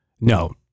No